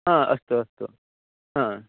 हा अस्तु अस्तु हा